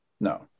No